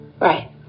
Right